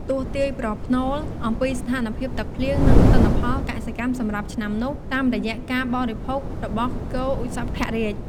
ទស្សន៍ទាយប្រផ្នូល អំពីស្ថានភាពទឹកភ្លៀង និងទិន្នផលកសិកម្មសម្រាប់ឆ្នាំនោះ តាមរយៈការបរិភោគរបស់ គោឧសភរាជ។